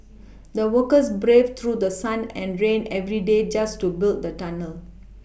the workers braved through sun and rain every day just to build the tunnel